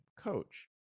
coach